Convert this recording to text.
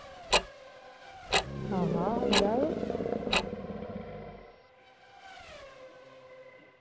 आं हा होई जाह्ग